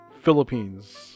Philippines